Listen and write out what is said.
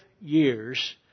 years